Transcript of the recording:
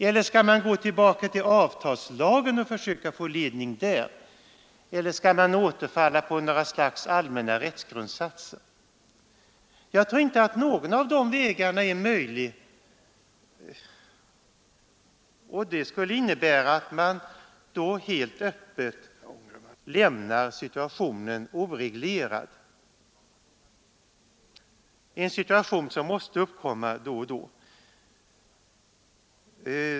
Eller skall man gå tillbaka till avtalslagen och försöka få ledning där? Eller skall man återfalla på något slags allmänna rättsgrundssatser? Jag tror inte någon av de vägarna är möjlig, och det skulle innebära att man helt öppet lämnar situationen oreglerad — en situation som måste uppkomma då och då.